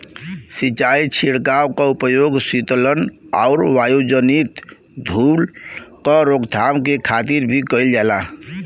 सिंचाई छिड़काव क उपयोग सीतलन आउर वायुजनित धूल क रोकथाम के खातिर भी कइल जाला